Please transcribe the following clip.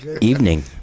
Evening